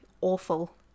awful